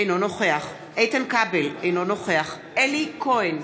אינו נוכח איתן כבל, אינו נוכח אלי כהן,